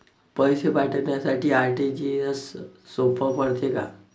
पैसे पाठवासाठी आर.टी.जी.एसचं सोप पडते का?